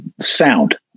sound